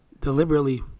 deliberately